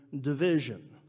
division